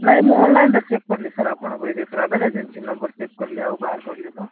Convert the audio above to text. ନାଇ ମୁଁ ଅନ୍ଲାଇନ୍ରେ ଚେକ୍ କଲି ସାର୍ ଆପଣଙ୍କ ଏଇ ଯେ ଟ୍ରାଭେଲ୍ ଏଜେନ୍ଚି ନମ୍ୱର ଚେକ୍ କଲି ଆଉ ବାହାର କଲି ତ